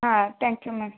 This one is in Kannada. um thank you ma'am